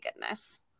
goodness